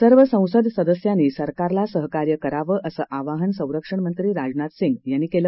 सर्व संसद सदस्यांनी सरकारला सहकार्य करावं असं आवाहन संरक्षणमंत्री राजनाथ सिंह यांनी केलं